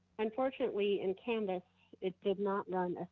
unfortunately in canvas, it did not run as